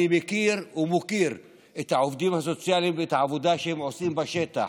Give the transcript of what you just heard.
אני מכיר ומוקיר את העובדים הסוציאליים ואת העבודה שהם עושים בשטח.